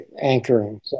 anchoring